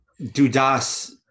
Dudas